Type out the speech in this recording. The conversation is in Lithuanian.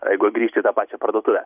jeigu grįšti į tą pačią parduotuvę